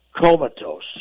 comatose